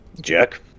Jack